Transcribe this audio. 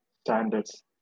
standards